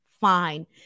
fine